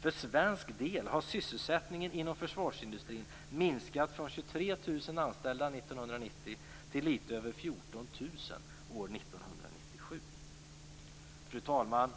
För svensk del har sysselsättningen inom försvarsindustrin minskat från 23 000 anställda 1990 till lite över 14 000 år 1997. Fru talman!